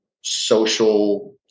social